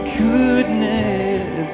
goodness